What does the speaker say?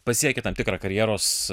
pasieki tam tikrą karjeros